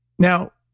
now,